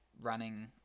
running